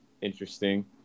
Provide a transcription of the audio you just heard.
interesting